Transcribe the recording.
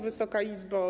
Wysoka Izbo!